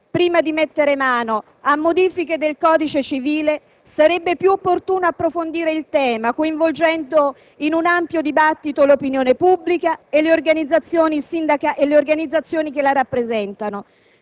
Prima di mettere mano a modifiche del codice civile, sarebbe più opportuno approfondire il tema coinvolgendo in un ampio dibattito l'opinione pubblica e le organizzazioni che la rappresentano.